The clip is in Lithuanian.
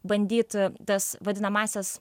bandyt tas vadinamąsias